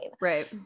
Right